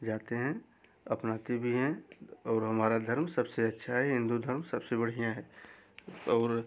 जाते हैं अपनाते भी हैं और हमारा धर्म सबसे अच्छा है हिन्दू धर्म सबसे बढ़िया हैं और